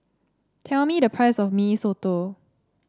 tell me the price of Mee Soto